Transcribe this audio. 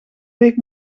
week